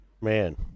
Man